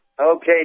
Okay